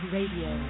Radio